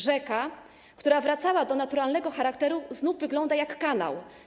Rzeka, która wracała do naturalnego charakteru, znów wygląda jak kanał.